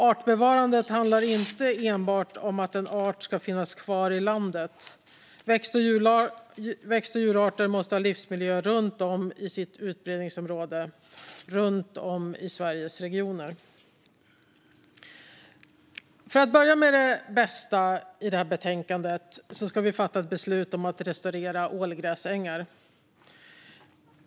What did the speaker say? Artbevarande handlar inte enbart om att en art ska finnas kvar i landet. Växt och djurarter måste ha livsmiljöer runt om i sitt utbredningsområde i Sveriges olika regioner. För att börja med det bästa i betänkandet: Vi ska nu fatta beslut om att restaurera ålgräsängar.